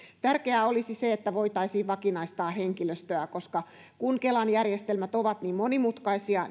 tärkeää olisi että voitaisiin vakinaistaa henkilöstöä koska kun kelan järjestelmät ovat niin monimutkaisia